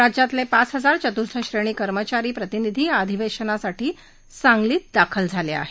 राज्यातले पाच हजार चतुर्थ श्रेणी कर्मचारी प्रतिनिधी या अधिवेशनासाठी सांगलीत दाखल झाले आहेत